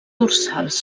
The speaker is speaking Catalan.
dorsals